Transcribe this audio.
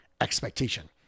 expectation